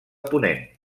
ponent